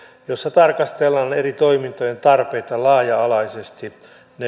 joissa tarkastellaan eri toimintojen tarpeita ne laaja alaisesti